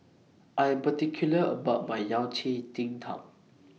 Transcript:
I Am particular about My Yao Cai Ji Tang